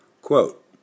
Quote